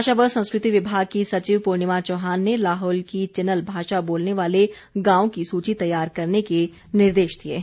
भाषा व संस्कृति विभाग की सचिव प्रर्णिमा चौहान ने लाहौल की चिनल भाषा बोलने वाले गांवों की सूची तैयार करने के निर्देश दिए हैं